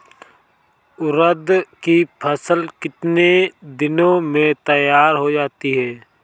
उड़द की फसल कितनी दिनों में तैयार हो जाती है?